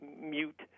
mute